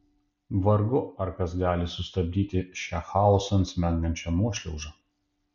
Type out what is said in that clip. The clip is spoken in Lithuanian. vargu ar kas gali sustabdyti šią chaosan smengančią nuošliaužą